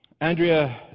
Andrea